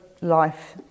life